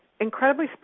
incredibly